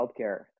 healthcare